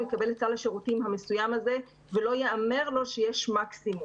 הוא יקבל את סל השירותים המסוים הזה ולא ייאמר לו שיש מקסימום.